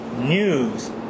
news